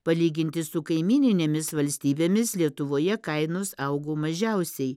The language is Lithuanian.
palyginti su kaimyninėmis valstybėmis lietuvoje kainos augo mažiausiai